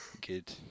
good